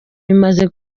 bimaze